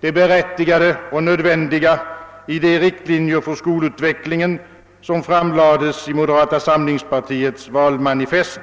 det berättigade och nödvändiga i de riktlinjer för skolutvecklingen som framlades i moderata samlingspartiets valmanifest.